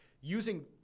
using